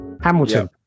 Hamilton